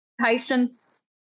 patients